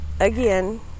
again